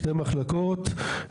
שתי מחלקות,